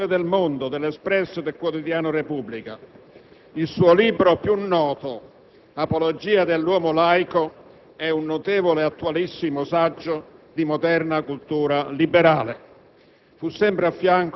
fu collaboratore de «Il Mondo», de «L'Espresso» e del quotidiano «la Repubblica». Il suo libro più noto, «Apologia dell'uomo laico», è un notevole e attualissimo saggio di moderna cultura liberale.